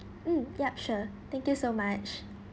mm yup sure thank you so much